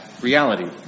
reality